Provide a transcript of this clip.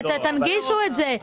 תנגישו את זה,